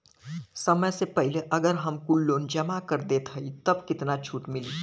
समय से पहिले अगर हम कुल लोन जमा कर देत हई तब कितना छूट मिली?